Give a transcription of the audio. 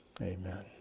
Amen